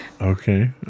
Okay